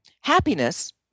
happiness